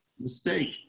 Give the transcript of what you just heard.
Mistake